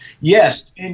Yes